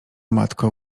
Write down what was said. matko